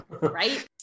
Right